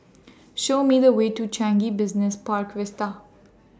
Show Me The Way to Changi Business Park Vista